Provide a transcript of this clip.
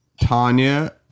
Tanya